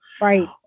right